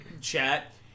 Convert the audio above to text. chat